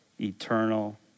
eternal